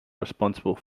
responsible